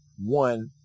one